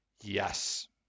Yes